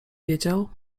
wiedział